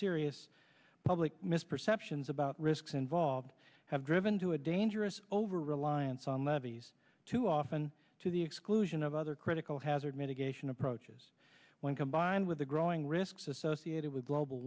serious public misperceptions about risks involved have driven to a dangerous over reliance on levees too often to the exclusion of other critical hazard mitigation approaches when combined with the growing risks associated with global